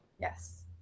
Yes